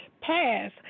pass